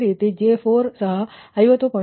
ಅದೇ ರೀತಿ J4 ಸಹ 50